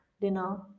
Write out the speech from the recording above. dinner